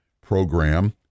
program